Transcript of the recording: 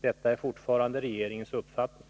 Detta är fortfarande regeringens uppfattning.